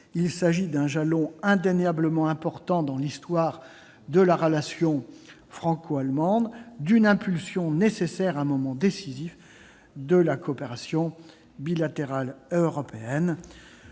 Il s'agit d'un jalon indéniablement important dans l'histoire de la relation franco-allemande, d'une impulsion nécessaire à un moment décisif de la coopération bilatérale et européenne.